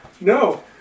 No